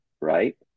right